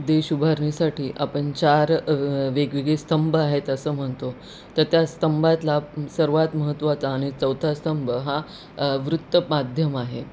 देश उभारणीसाठी आपण चार वेगवेगळी स्तंभ आहेत असं म्हणतो तर त्या स्तंभातला सर्वात महत्त्वाचा आणि चौथा स्तंभ हा वृत्तमाध्यम आहे